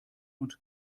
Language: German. und